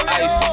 ice